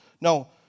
No